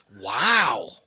Wow